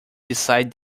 decide